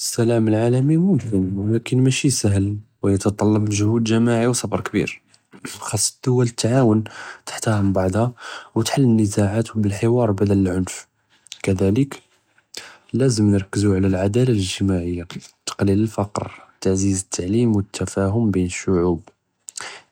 אלסלאם אלעאלמי מומכן ו אבלאכן מאשי סהאל ו יתטלב מגהוד גמאעי ו צבר כביר، חאס א־דואל תתעאוון תחתארם בעדהא ו תחאל א־נזאעאת ב־אלחואר בדל אלענף، כדאלכ לאזם נרכזו עלא אלעדאלה אלאג׳תמאעיה, תקיל אלפקר תעזיז א־תעלים ו א־תפאהם בין א־שועוב,